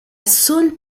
saône